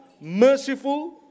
merciful